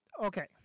Okay